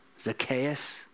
Zacchaeus